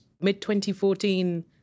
mid-2014